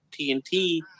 TNT